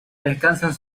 descansan